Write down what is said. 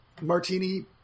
martini